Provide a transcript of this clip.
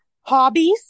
Hobbies